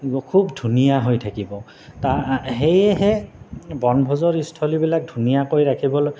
খুব ধুনীয়া হৈ থাকিব তা সেয়েহে বনভোজৰ স্থলীবিলাক ধুনীয়াকৈ ৰাখিবলৈ